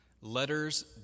letters